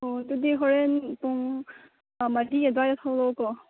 ꯑꯣ ꯑꯗꯨꯗꯤ ꯍꯣꯔꯦꯟ ꯄꯨꯡ ꯃꯔꯤ ꯑꯗ꯭ꯋꯥꯏꯗ ꯊꯣꯛꯂꯛꯑꯣꯀꯣ